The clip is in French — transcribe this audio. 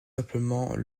simplement